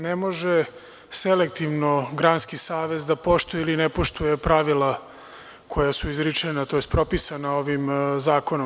Ne može selektivno granski savez da poštuje ili ne poštuje pravila koja su izrečena, tj. propisana ovim zakonom.